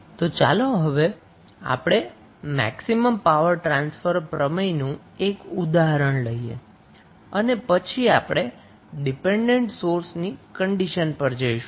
તો ચાલો હવે આપણે મેક્સિમમ પાવર ટ્રાન્સફર પ્રમેયનું એક ઉદાહરણ લઈએ અને પછી આપણે ડિપેન્ડન્ટ સોર્સની કન્ડિશન પર જઈશું